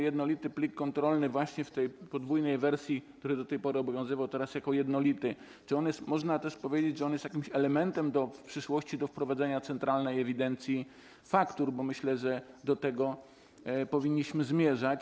Jednolity plik kontrolny właśnie w tej podwójnej wersji, który do tej pory obowiązywał, teraz jako jednolity - czy można też powiedzieć, że on jest jakimś elementem do wprowadzania w przyszłości centralnej ewidencji faktur, bo myślę, że do tego powinniśmy zmierzać.